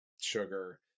sugar